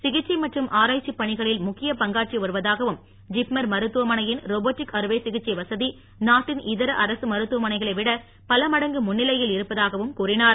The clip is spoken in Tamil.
சிகிச்சை மற்றும் ஆராய்ச்சி பணிகளில் முக்கிய பங்காற்றி வருவதாகவும் ஜிப்மர் மருத்துவமனையின் ரோபோடிக் அறுவை சிகிச்சை வசதி நாட்டின் இதர அரக மருத்துவமனைகளை விட பல மடங்கு முன்னிலையில் இருப்பதாகவும் கூறினார்